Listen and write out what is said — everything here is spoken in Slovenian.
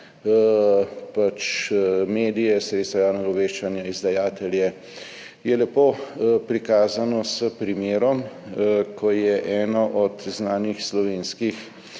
na medije, sredstva javnega obveščanja, izdajatelje, je lepo prikazano s primerom, ko je eno od znanih slovenskih